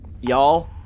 Y'all